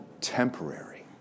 temporary